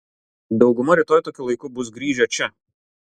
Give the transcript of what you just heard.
dauguma rytoj tokiu laiku bus grįžę čia